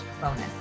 bonus